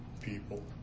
people